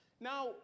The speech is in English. Now